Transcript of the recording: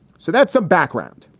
so that's a background.